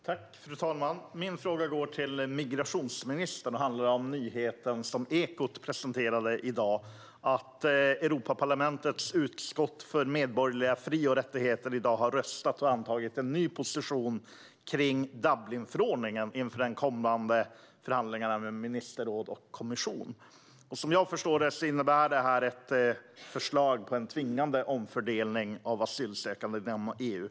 Fru talman! Min fråga går till migrationsministern och handlar om nyheten som Ekot presenterade i dag - att Europaparlamentets utskott för medborgerliga fri och rättigheter i dag har röstat och antagit en ny position i fråga om Dublinförordningen inför de kommande förhandlingarna med ministerrådet och kommissionen. Som jag förstår det innebär detta ett förslag på en tvingande omfördelning av asylsökande inom EU.